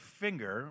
finger